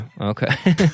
okay